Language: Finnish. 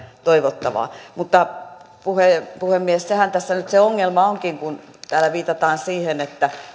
toivottavaa puhemies puhemies sehän tässä nyt se ongelma onkin kun täällä viitataan siihen että